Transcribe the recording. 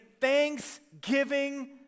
thanksgiving